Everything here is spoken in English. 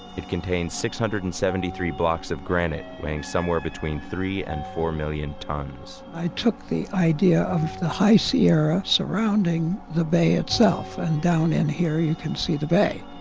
it contains six hundred and seventy three blocks of granite weighing somewhere between three and four million tons i took the idea of the high sierra surrounding the bay itself, and down in here you can see the bay.